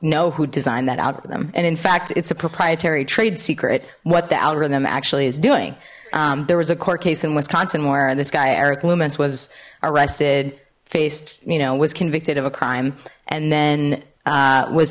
know who designed that out of them and in fact it's a proprietary trade secret what the algorithm actually is doing there was a court case in wisconsin where this guy eric loomis was arrested faced you know was convicted of a crime and then